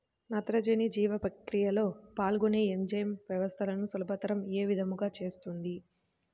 నత్రజని జీవక్రియలో పాల్గొనే ఎంజైమ్ వ్యవస్థలను సులభతరం ఏ విధముగా చేస్తుంది?